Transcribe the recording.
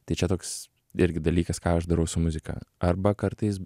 tai čia toks irgi dalykas ką aš darau su muzika arba kartais